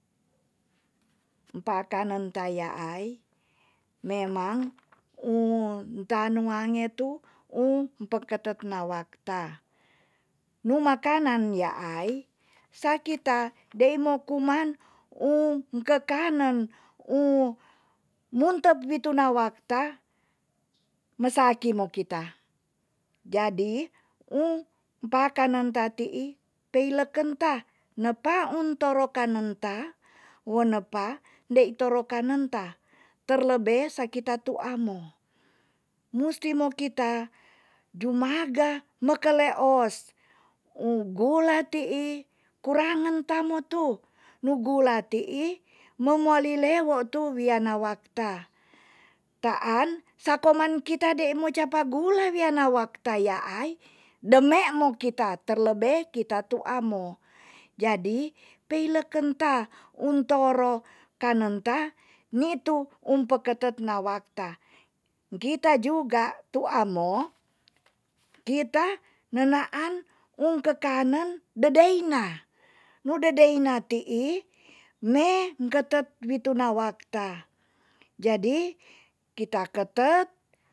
Mpakanen ta yaai memang ung tanu ange tu ung peketet nawak ta nu makanan yaai sakita deimo kuman ung kekanen ung mutep wi tunawak ta me saki mo kita jadi ung pakanen ta tii peileken ta nepa un toro kanen ta wo nepa dei toro kanen ta terlebe sakita tua mo musti mo kita dumaga mekeleos u gula tii kurangen tamo tu nu gula tii mo moali lewo tu wia na wakta taan sa koman kita deimo capa gula wia na wakta yaai de meimo kita terlebe kita tua mo jadi peileken ta untoro kanen ta nitu um peketet nawak ta ngkita juga tua mo kita nenaan ung kekanen dedeina nu dedeina tii ne ngeketet wi tuna wakta jadi kita ketet